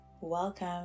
welcome